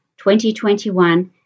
2021